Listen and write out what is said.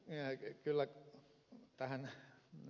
kannatan kyllä ed